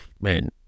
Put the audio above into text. man